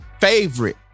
Favorite